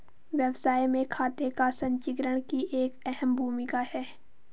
व्यवसाय में खाते का संचीकरण की एक अहम भूमिका है